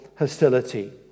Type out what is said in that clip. hostility